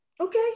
okay